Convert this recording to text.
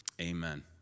Amen